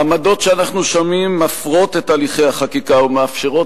העמדות שאנחנו שומעים מפרות את הליכי החקיקה ומאפשרות